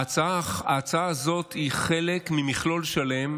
ההצעה הזאת היא חלק ממכלול שלם.